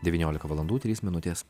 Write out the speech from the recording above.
devyniolika valandų trys minutės